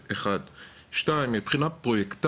אורות רבין מסוגלות לייצר היום 1,440 מגה וואט בעוד